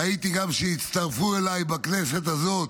ראיתי גם שהצטרפו אליי בכנסת הזאת